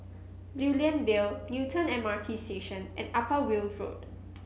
Lew Lian Vale Newton MRT Station and Upper Weld Road